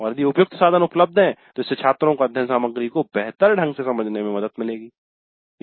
और यदि उपयुक्त साधन उपलब्ध हैं तो इससे छात्रों को अध्ययन सामग्री को बेहतर ढंग से सीखने में मदद मिल सकती है